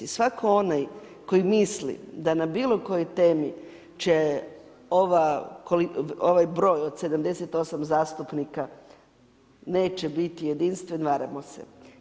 Svatko onaj koji misli da na bilo kojoj temi će ovaj broj od 78 zastupnika, neće biti jedinstven, varamo se.